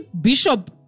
bishop